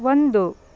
ಒಂದು